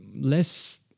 less